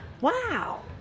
Wow